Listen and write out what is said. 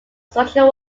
social